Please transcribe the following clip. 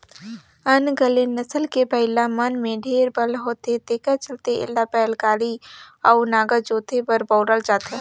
ओन्गेले नसल के बइला मन में ढेरे बल होथे तेखर चलते एला बइलागाड़ी अउ नांगर जोते बर बउरल जाथे